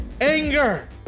anger